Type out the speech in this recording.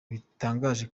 bitangaje